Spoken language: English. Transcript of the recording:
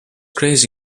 craze